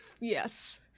yes